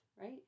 right